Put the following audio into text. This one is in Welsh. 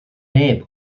neb